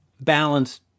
balance